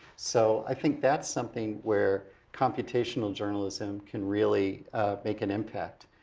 so, i think that's something where computational journalism can really make an impact.